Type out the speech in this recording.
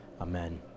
amen